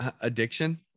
addiction